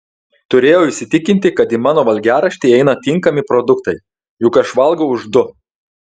turėjau įsitikinti kad į mano valgiaraštį įeina tinkami produktai juk aš valgau už du